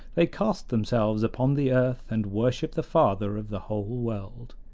they cast themselves upon the earth and worship the father of the whole world.